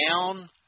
down –